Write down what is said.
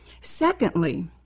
Secondly